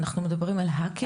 אנחנו מדברים על האקרים?